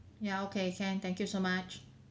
ya okay can thank you so much